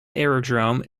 aerodrome